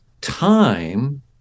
time